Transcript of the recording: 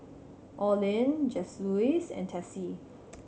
Orlin Joseluis and Tessie